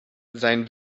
sein